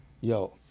yo